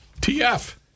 TF